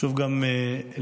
חשוב גם להדגיש